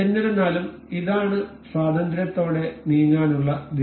എന്നിരുന്നാലും ഇതാണ് സ്വാതന്ത്രത്തോടെ നീങ്ങാനള്ള ദിശ